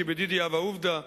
כי בדידי הווה עובדא,